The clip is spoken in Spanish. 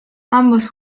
ambos